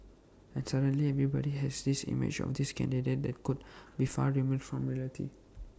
and suddenly everybody has this image of this candidate that could be far removed from reality